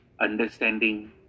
understanding